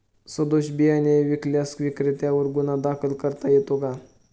सदोष बियाणे विकल्यास विक्रेत्यांवर गुन्हा दाखल करता येतो का?